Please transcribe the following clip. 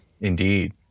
Indeed